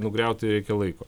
nugriauti reikia laiko